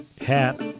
hat